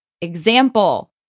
Example